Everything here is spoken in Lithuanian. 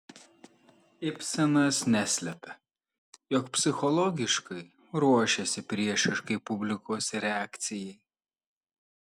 ibsenas neslepia jog psichologiškai ruošėsi priešiškai publikos reakcijai